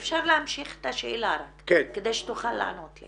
יש יהודים --- אפשר רק להמשיך את השאלה כדי שתוכל לענות לי?